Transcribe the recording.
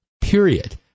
period